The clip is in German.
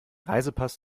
reisepass